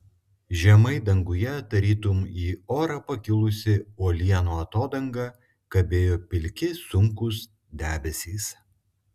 žemai danguje tarytum į orą pakilusi uolienų atodanga kabėjo pilki sunkūs debesys